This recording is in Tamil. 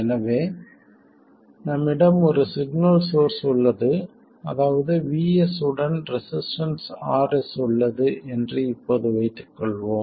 எனவே நம்மிடம் ஒரு சிக்னல் சோர்ஸ் உள்ளது அதாவது VS உடன் ரெசிஸ்டன்ஸ் RS உள்ளது என்று இப்போது வைத்துக்கொள்வோம்